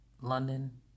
London